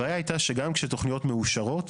הבעיה הייתה שגם כשתוכניות מאושרות,